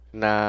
na